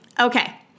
Okay